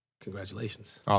Congratulations